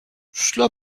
cela